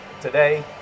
today